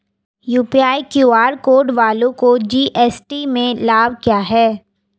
UPI QR code वालों को GST में लाभ क्या है?